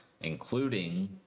including